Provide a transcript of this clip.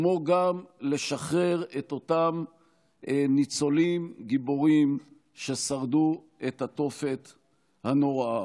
כמו גם לשחרר את אותם ניצולים גיבורים ששרדו את התופת הנוראה.